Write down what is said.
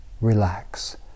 relax